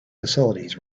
facilities